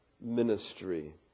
ministry